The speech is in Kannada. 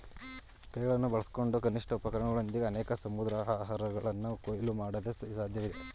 ಕೈಗಳನ್ನು ಬಳಸ್ಕೊಂಡು ಕನಿಷ್ಠ ಉಪಕರಣಗಳೊಂದಿಗೆ ಅನೇಕ ಸಮುದ್ರಾಹಾರಗಳನ್ನ ಕೊಯ್ಲು ಮಾಡಕೆ ಸಾಧ್ಯಇದೆ